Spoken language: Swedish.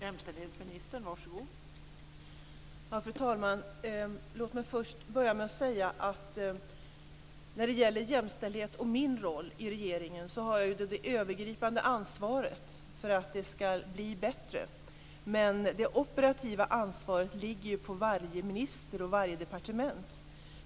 Fru talman! Låt mig börja med att säga att min roll i regeringen innebär att jag har det övergripande ansvaret för att jämställdheten skall bli bättre. Det operativa ansvaret ligger på varje minister och varje departement.